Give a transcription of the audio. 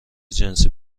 جنسی